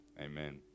Amen